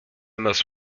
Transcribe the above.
most